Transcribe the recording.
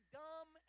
dumb